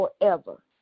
forever